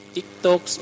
TikTok